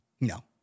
No